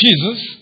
Jesus